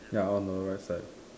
ya on the right side